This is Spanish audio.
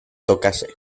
tocase